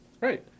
Right